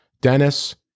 Dennis